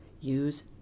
Use